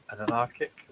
anarchic